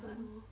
(uh huh)